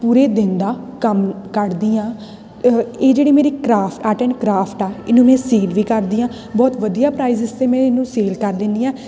ਪੂਰੇ ਦਿਨ ਦਾ ਕੰਮ ਕੱਢਦੀ ਹਾਂ ਇਹ ਜਿਹੜੀ ਮੇਰੀ ਕ੍ਰਾਫ ਆਰਟ ਐਂਡ ਕਰਾਫਟ ਆ ਇਹਨੂੰ ਮੈਂ ਸੇਲ ਵੀ ਕਰਦੀ ਹਾਂ ਬਹੁਤ ਵਧੀਆ ਪ੍ਰਾਈਜਿਸ 'ਤੇ ਮੈਂ ਇਹਨੂੰ ਸੇਲ ਕਰ ਦਿੰਦੀ ਹਾਂ